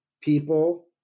people